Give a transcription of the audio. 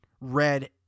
red